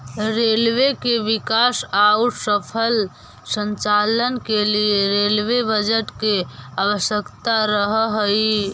railway के विकास औउर सफल संचालन के लिए रेलवे बजट के आवश्यकता रहऽ हई